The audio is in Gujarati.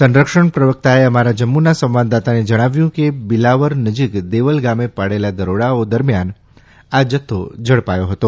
સંરક્ષણ પ્રવકતાએ અમારા જમ્મુના સંવાદદાતાને જણાવ્યં કે બિલાવર નજીક દેવલ ગામે પાડેલા દરોડાઓ દરમ્યાન આ જથ્થો ઝડપાયો હતો